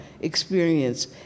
experience